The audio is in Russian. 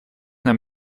нам